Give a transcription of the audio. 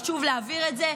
חשוב להבהיר את זה,